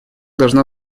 должна